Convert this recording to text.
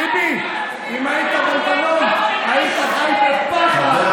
טיבי, אם היית חי בלבנון, היית חי בפחד.